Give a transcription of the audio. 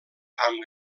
amb